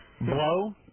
Blow